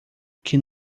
que